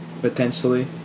potentially